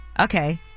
Okay